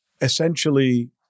essentially